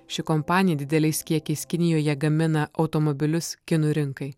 ši kompanija dideliais kiekiais kinijoje gamina automobilius kinų rinkai